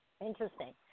Interesting